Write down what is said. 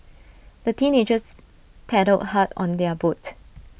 the teenagers paddled hard on their boat